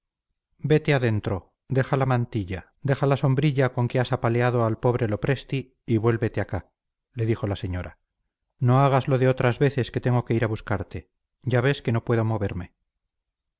vete adentro deja la mantilla deja la sombrilla con que has apaleado al pobre lopresti y vuélvete acá le dijo la señora no hagas la de otras veces que tengo que ir a buscarte ya ves que no puedo moverme